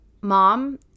mom